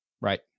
Right